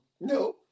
no